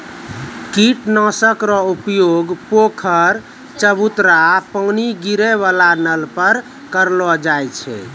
कीट नाशक रो उपयोग पोखर, चवुटरा पानी गिरै वाला नल पर करलो जाय छै